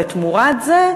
ותמורת זה,